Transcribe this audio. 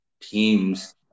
teams